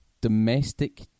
domestic